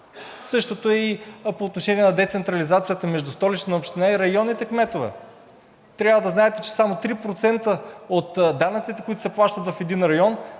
Същото е и по отношение на децентрализацията между Столична община и районните кметове. Трябва да знаете, че само 3% от данъците, които се плащат в един район,